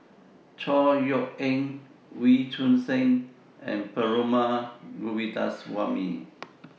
Chor Yeok Eng Wee Choon Seng and Perumal Govindaswamy